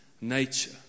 nature